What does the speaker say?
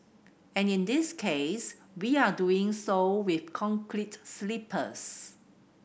and in this case we are doing so with concrete sleepers